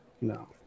No